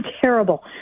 Terrible